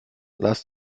lars